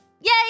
Yay